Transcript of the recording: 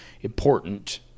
important